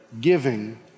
giving